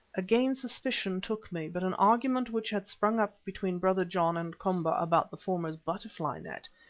again suspicion took me, but an argument which had sprung up between brother john and komba about the former's butterfly net,